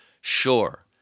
Sure